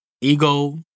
ego